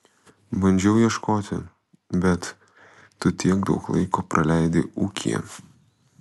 bandžiau ieškoti bet tu tiek daug laiko praleidi ūkyje